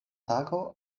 tago